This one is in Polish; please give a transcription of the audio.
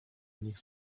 nich